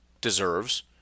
deserves